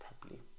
properly